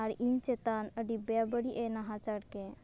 ᱟᱨ ᱤᱧ ᱪᱮᱛᱟᱱ ᱟᱹᱰᱤ ᱵᱮᱵᱟᱹᱲᱤᱡᱼᱮ ᱱᱟᱦᱟᱪᱟᱨ ᱠᱮᱫ